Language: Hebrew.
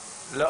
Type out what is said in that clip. מאוד,